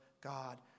God